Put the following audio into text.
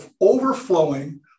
overflowing